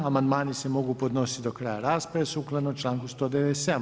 Amandmani se mogu podnositi do kraja rasprave sukladno članku 197.